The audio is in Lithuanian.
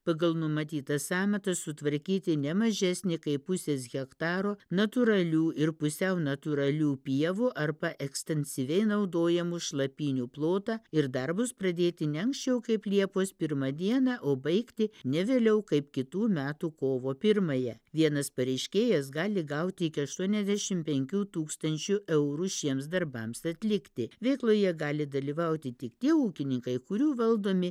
pagal numatytą sąmatą sutvarkyti ne mažesnį kaip pusės hektaro natūralių ir pusiau natūralių pievų arba ekstensyviai naudojamų šlapynių plotą ir darbus pradėti ne anksčiau kaip liepos pirmą dieną o baigti ne vėliau kaip kitų metų kovo pirmąją vienas pareiškėjas gali gauti iki aštuoniasdešim penkių tūkstančių eurų šiems darbams atlikti veikloje gali dalyvauti tik tie ūkininkai kurių valdomi